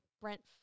Brent